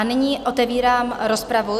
Nyní otevírám rozpravu.